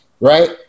right